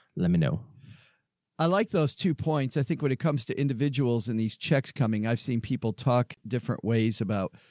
let me know. joe i like those two points. i think when it comes to individuals in these checks coming, i've seen people talk different ways about,